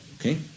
Okay